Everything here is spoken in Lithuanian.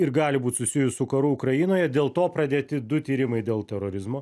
ir gali būt susijus su karu ukrainoje dėl to pradėti du tyrimai dėl terorizmo